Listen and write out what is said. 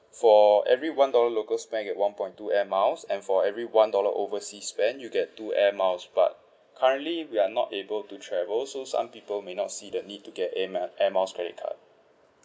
for every one dollar local spent you get one point two air miles and for every one dollar overseas spent you get two air miles but currently we are not able to travel so some people may not see the need to get air mile air miles credit card